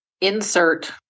Insert